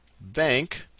bank